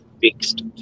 fixed